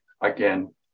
Again